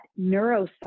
neuroscience